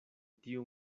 tiu